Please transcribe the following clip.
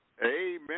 Amen